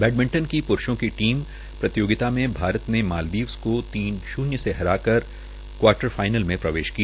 badminton की प्रूषों की टीम प्रतियोगिता में भारत ने मालदीप की टीम से हराकर कर क्वार्टर फाईनल में प्रवेश किया